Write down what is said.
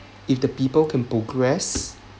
if the people can progress